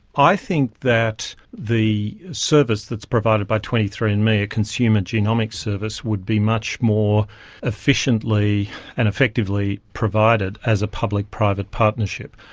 i think that the service that's provided by twenty three andme, a a consumer genomics service, would be much more efficiently and effectively provided as a public-private partnership.